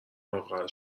لاغر